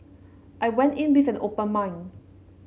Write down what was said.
I went in with an open mind